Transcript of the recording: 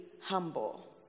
humble